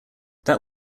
that